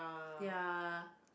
their